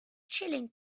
chilling